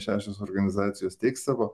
šešios organizacijos teiks savo